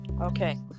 Okay